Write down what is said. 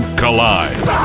collide